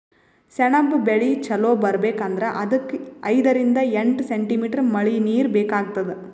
ಸೆಣಬ್ ಬೆಳಿ ಚಲೋ ಬರ್ಬೆಕ್ ಅಂದ್ರ ಅದಕ್ಕ್ ಐದರಿಂದ್ ಎಂಟ್ ಸೆಂಟಿಮೀಟರ್ ಮಳಿನೀರ್ ಬೇಕಾತದ್